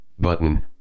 button